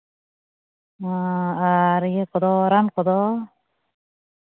ᱚ ᱟᱨ ᱨᱟᱱ ᱠᱚᱫᱚ